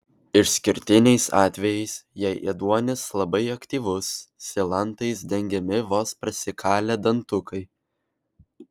išskirtiniais atvejais jei ėduonis labai aktyvus silantais dengiami vos prasikalę dantukai